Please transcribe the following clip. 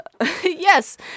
yes